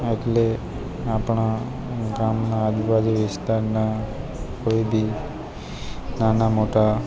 એટલે આપણા ગામના આજુબાજુ વિસ્તારના કોઈ બી નાના મોટા